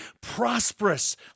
prosperous